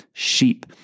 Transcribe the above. Sheep